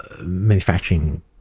manufacturing